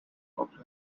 organ